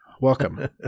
Welcome